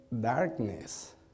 darkness